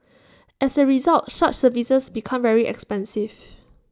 as A result such services become very expensive